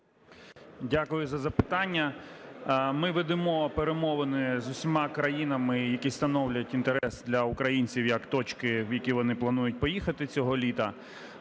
Дякую за запитання. Ми ведемо з усіма країнами, які становлять інтерес для українців як точки, в які вони планують поїхати цього літа.